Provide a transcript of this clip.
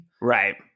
Right